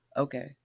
okay